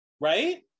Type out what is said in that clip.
right